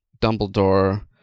Dumbledore